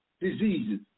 diseases